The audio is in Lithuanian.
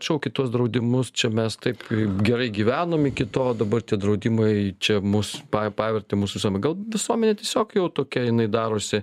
atšaukia tuos draudimus čia mes taip gerai gyvenom iki to dabar tie draudimai čia mus pa pa pavertė mus visum atgal visuomenė tiesiog jau tokia jinai darosi